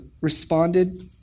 responded